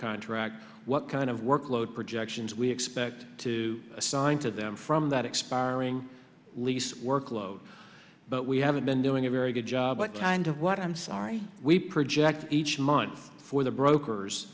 contract what kind of workload projections we expect to assign to them from that expiring lease workload but we haven't been doing a very good job but kind of what i'm sorry we project each month for the brokers